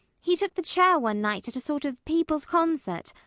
he took the chair one night at a sort of people's concert.